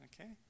okay